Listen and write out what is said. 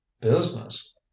business